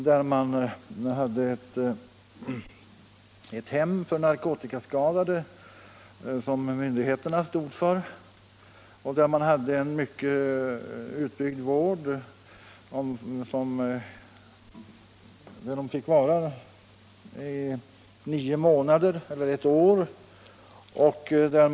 Där stod myndigheterna för ett hem för narkotikaskadade med en mycket väl utbyggd vård, där patienterna fick vara nio månader eller ett år.